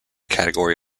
category